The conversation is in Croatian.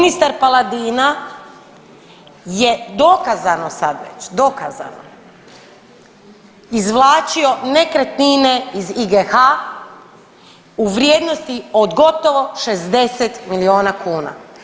Ministar Paladina je dokazano sad već, dokazano, izvlačio nekretnine iz IGH u vrijednosti od gotovo 60 milijuna kuna.